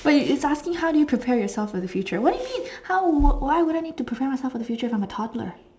but it's starting how do you prepare yourself for the future what do you mean how why would I have to prepare myself for the future if I'm a toddler